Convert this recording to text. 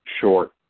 short